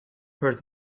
heard